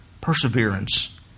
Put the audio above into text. Perseverance